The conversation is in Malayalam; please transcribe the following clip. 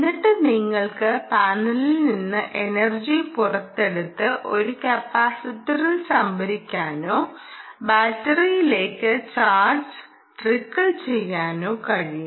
എന്നിട്ടു നിങ്ങൾക്ക് പാനലിൽ നിന്ന് എനർജി പുറത്തെടുത്ത് ഒരു കപ്പാസിറ്ററിൽ സംഭരിക്കാനോ ബാറ്ററിയിലേക്ക് ചാർജ് ട്രിക്കിൾ ചെയ്യാനോ കഴിയും